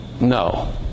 No